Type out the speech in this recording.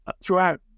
throughout